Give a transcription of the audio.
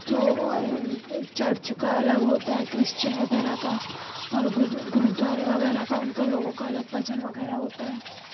تو اور چرچ کا الگ ہوتا ہے کرشچن وغیرہ کا اور گرودوارے وغیرہ کا اُن کا لوگوں کا الگ بھجن وغیرہ ہوتا ہے